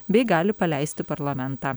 bei gali paleisti parlamentą